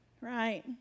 right